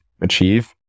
achieve